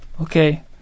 Okay